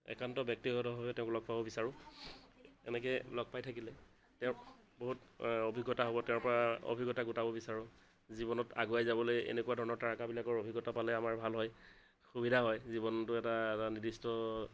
একান্ত ব্যক্তিগতভাৱে তেওঁক লগ পাব বিচাৰোঁ এনেকে লগ পাই থাকিলে তেওঁক বহুত অভিজ্ঞতা হ'ব তেওঁৰ পৰা অভিজ্ঞতা গোটাব বিচাৰোঁ জীৱনত আগুৱাই যাবলৈ এনেকুৱা ধৰণৰ তাৰকা বিলাকৰ অভিজ্ঞতা পালে আমাৰ ভাল হয় সুবিধা হয় জীৱনটো এটা নিৰ্দিষ্ট